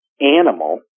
animal